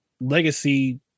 legacy